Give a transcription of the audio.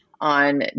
on